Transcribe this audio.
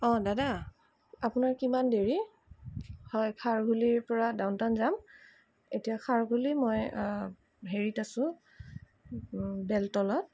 অঁ দাদা আপোনাৰ কিমান দেৰি হয় খাৰঘূলিৰ পৰা ডাউন টাউন যাম এতিয়া খাৰঘূলি মই হেৰিত আছোঁ বেলতলাত